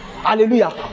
hallelujah